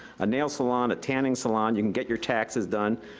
a nail salon, a tanning salon, you can get your taxes done,